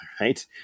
Right